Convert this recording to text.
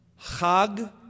Chag